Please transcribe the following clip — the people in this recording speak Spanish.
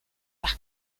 las